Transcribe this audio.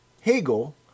Hegel